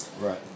Right